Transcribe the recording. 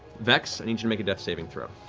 vex, i need you to make a death saving throw.